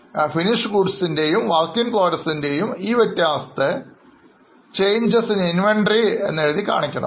അതുപോലെതന്നെ finished goods work in progress എന്നിവയിലെ വ്യത്യാസത്തെ change in inventories എന്നുപറഞ്ഞ് കാണിക്കും